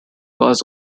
was